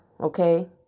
Okay